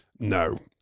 no